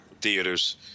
Theaters